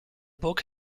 book